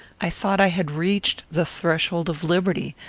i thought i had reached the threshold of liberty,